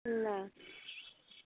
না